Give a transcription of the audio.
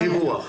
דיווח.